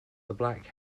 black